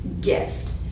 gift